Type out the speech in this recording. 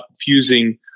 fusing